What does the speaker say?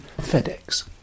FedEx